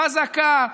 חזקה,